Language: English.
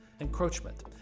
encroachment